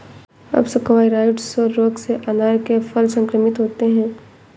अप्सकवाइरोइड्स रोग से अनार के फल संक्रमित होते हैं